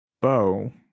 bow